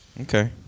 Okay